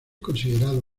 considerado